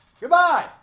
Goodbye